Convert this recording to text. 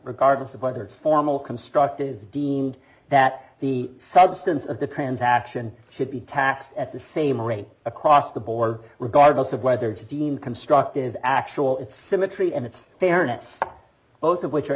regardless of whether it's formal construct is deemed that the substance of the transaction should be taxed at the same rate across the board regardless of whether it's deemed constructive actual symmetry and it's fairness both of which are